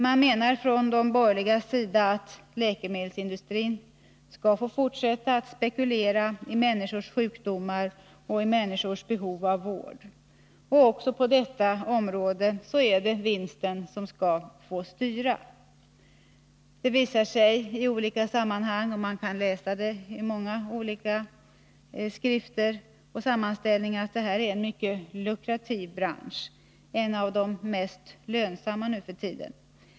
Man menar från de borgerligas sida att läkemedelsindustrin skall få fortsätta att spekulera i människors sjukdomar och behov av vård. Också på detta område skall vinsten få styra. Det visar sig i olika sammanhang. Av många olika skrifter och sammanställningar framgår att det här är en mycket lukrativ bransch, ja, en av de mest lönsamma nu för tiden.